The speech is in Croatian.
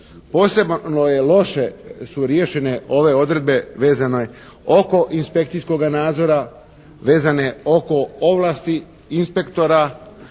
Posebno je loše su riješene ove odredbe vezano oko inspekcijskoga nadzora, vezane oko ovlasti inspektora